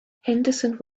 henderson